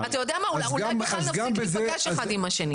אולי בכלל נפסיק להיפגש אחד עם השני.